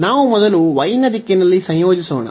ನಾವು ಮೊದಲು y ನ ದಿಕ್ಕಿನಲ್ಲಿ ಸಂಯೋಜಿಸೋಣ